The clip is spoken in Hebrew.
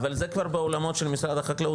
אבל זה כבר בעולמות של משרד החקלאות,